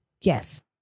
Yes